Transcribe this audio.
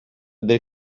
del